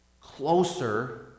closer